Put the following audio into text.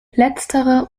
letztere